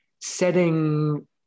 setting